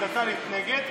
עמדתה להתנגד,